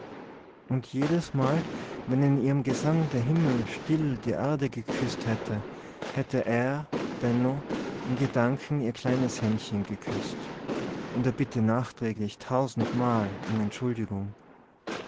und jedesmal wenn in ihrem gesang der himmel still die erde geküßt hätte hätte er benno in gedanken ihr kleines händchen geküßt und er bitte nachträglich tausendmal um entschuldigung